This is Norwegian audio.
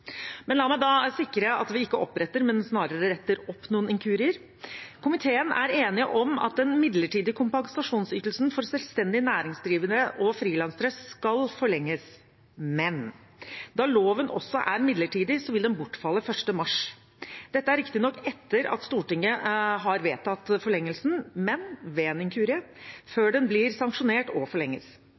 La meg da sikre at vi ikke oppretter, men snarere retter opp noen inkurier: Komiteen er enig om at den midlertidige kompensasjonsytelsen for selvstendig næringsdrivende og frilansere skal forlenges, men da loven også er midlertidig, vil den bortfalle 1. mars. Dette er riktignok etter at Stortinget har vedtatt forlengelsen, men – ved en inkurie – før den blir sanksjonert og